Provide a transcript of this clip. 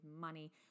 money